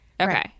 Okay